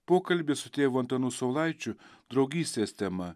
pokalby su tėvu antanu saulaičiu draugystės tema